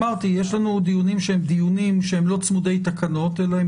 אמרתי שיש לנו דיונים שהם לא צמודיי תקנות אלא הם